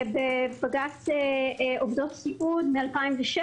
בבג"ץ עובדות סיעוד מ-2006.